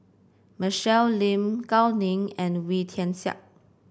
Michelle Lim Gao Ning and Wee Tian Siak